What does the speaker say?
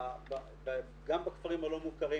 גם בכפרים הלא מוכרים,